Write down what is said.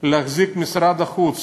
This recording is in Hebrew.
להחזיק את משרד החוץ